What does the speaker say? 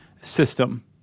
system